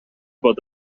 bod